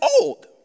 old